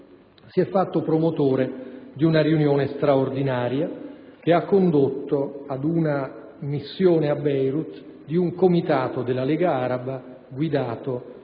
ha promosso una riunione straordinaria che ha condotto ad una missione a Beirut di un comitato della Lega araba guidato